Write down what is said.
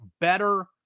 better